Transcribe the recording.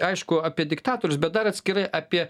aišku apie diktatorius bet dar atskirai apie